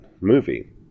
movie